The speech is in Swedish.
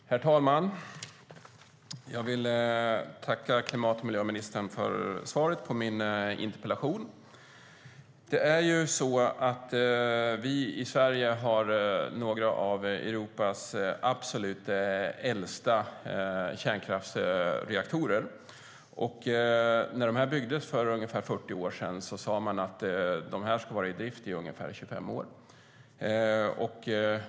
Herr talman! Jag vill tacka klimat och miljöministern för svaret på min interpellation. Vi i Sverige har några av Europas absolut äldsta kärnkraftsreaktorer. När de byggdes för drygt 40 år sedan sade man att de skulle vara i drift i ungefär 25 år.